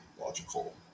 logical